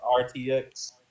RTX